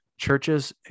churches